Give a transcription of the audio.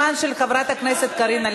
לכל חברי הכנסת, לכולם, לכל חברי הכנסת.